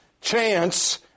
chance